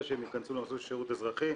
שהם ייכנסו למסלול של שירות אזרחי.